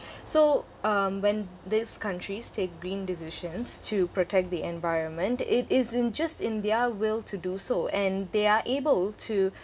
so um when these countries take green decisions to protect the environment it isn't just in their will to do so and they are able to